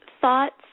thoughts